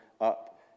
up